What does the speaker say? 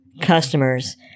customers